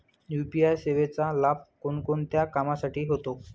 UPI सेवेचा लाभ कोणकोणत्या कामासाठी होतो?